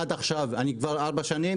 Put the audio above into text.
עד עכשיו אני כבר 4 שנים